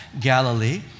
Galilee